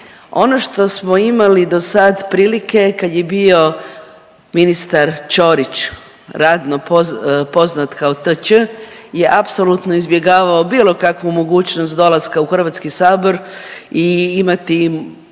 Ono što smo imali dosad prilike kad je bio ministar Ćorić radno poznat kao t.ć. je apsolutno izbjegavao bilo kakvu mogućnost dolaska u HS i imati